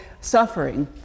suffering